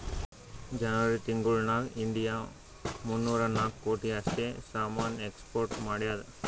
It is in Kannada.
ಜನೆವರಿ ತಿಂಗುಳ್ ನಾಗ್ ಇಂಡಿಯಾ ಮೂನ್ನೂರಾ ನಾಕ್ ಕೋಟಿ ಅಷ್ಟ್ ಸಾಮಾನ್ ಎಕ್ಸ್ಪೋರ್ಟ್ ಮಾಡ್ಯಾದ್